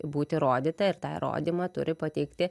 būt įrodyta ir tą įrodymą turi pateikti